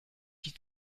die